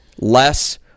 less